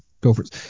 Gophers